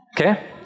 okay